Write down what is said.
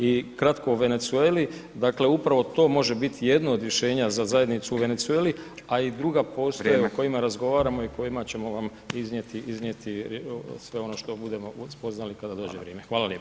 I kratko o Venezueli, dakle upravo to može biti jedno od rješenja za zajednicu u Venezueli, a i [[Upadica: Vrijeme.]] druga postoje o kojima razgovaramo i kojima ćemo vam iznijeti, iznijeti sveo ono što budemo spoznali kada dođe vrijeme.